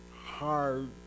hard